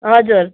हजुर